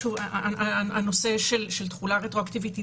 הנושא של תחולה רטרואקטיבית יידון,